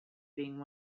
being